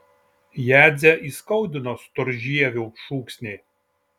jadzę įskaudino storžievių šūksniai